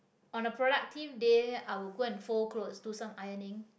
on a productive day I will go and fold clothes do some ironing